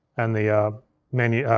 and the menu,